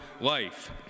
life